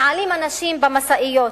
מעלים אנשים למשאיות,